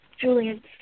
Julian